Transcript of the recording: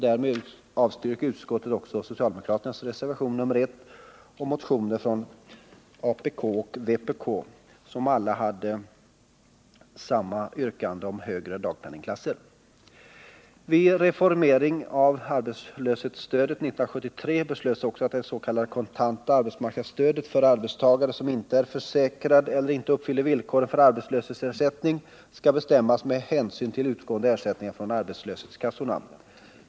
Därmed avstyrker utskottet också socialdemokraternas reservation nr 1 och motioner från apk och vpk som alla hade samma yrkande om högre dagpenningklasser. uppfyller villkoren för arbetslöshetsersättning skulle bestämmas med hänsyn till utgående ersättningar från arbetslöshetskassorna.